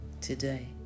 today